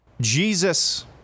Jesus